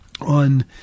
on